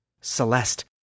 Celeste